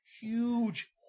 Huge